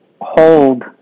hold